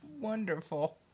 wonderful